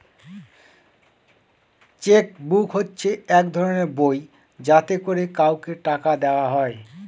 check book হচ্ছে এক ধরনের বই যাতে করে কাউকে টাকা দেওয়া হয়